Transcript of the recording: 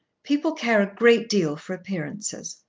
people care a great deal for appearances.